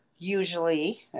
Usually